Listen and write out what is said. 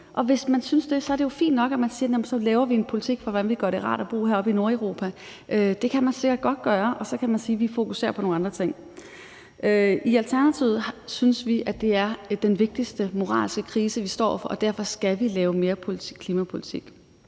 Hvis man synes det, er det jo fint nok, at man siger, at så laver vi en politik for, hvordan vi gør det rart at bo heroppe i Nordeuropa. Det kan man sikkert godt gøre, og så kan man sige, at vi fokuserer på nogle andre ting. I Alternativet synes vi, at det er den vigtigste moralske krise, vi står over for, og derfor skal vi lave mere klimapolitik.